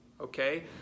okay